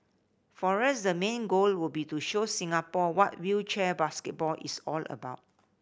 for us the main goal would be to show Singapore what wheelchair basketball is all about